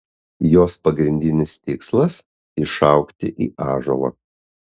jos pagrindinis tikslas išaugti į ąžuolą